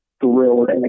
thrilled